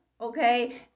okay